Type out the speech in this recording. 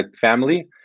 family